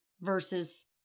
versus